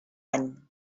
any